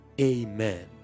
amen